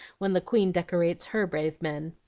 when the queen decorates her brave men.